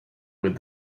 with